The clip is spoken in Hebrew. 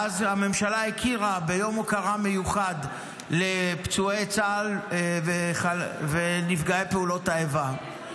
ואז הממשלה הכירה ביום הוקרה מיוחד לפצועי צה"ל ונפגעי פעולות האיבה.